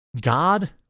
God